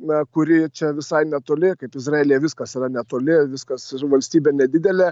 na kuri čia visai netoli kaip izraelyje viskas yra netoli viskas valstybė nedidelė